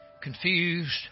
confused